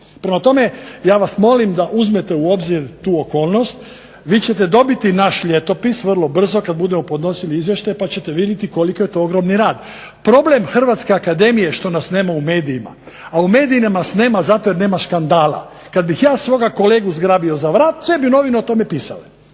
Prema tome, ja vas molim da uzmete u obzir tu okolnost. Vi ćete dobiti naš ljetopis vrlo brzo, kad budemo podnosili izvještaj pa ćete vidjeti koliki je to ogromni rad. Problem Hrvatske akademije je što nas nema u medijima, a u medijima nas nema zato jer nema skandala. Kad bih ja svoga kolegu zgrabio za vrat sve bi novine o tome pisale,